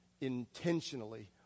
intentionally